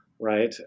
right